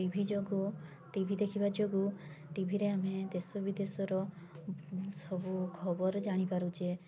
ଟି V ଯୋଗୁଁ T V ଦେଖିବା ଯୋଗୁଁ ଟିଭିରେ ଆମେ ଦେଶ ବିଦେଶ ର ସବୁ ଖବର ଜାଣି ପାରୁଛେ